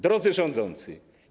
Drodzy Rządzący!